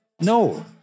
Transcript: No